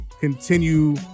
continue